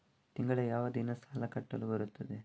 ತಿಂಗಳ ಯಾವ ದಿನ ಸಾಲ ಕಟ್ಟಲು ಬರುತ್ತದೆ?